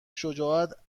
شجاعت